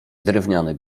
drewniany